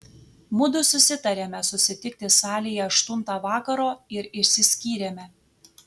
mudu susitarėme susitikti salėje aštuntą vakaro ir išsiskyrėme